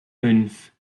fünf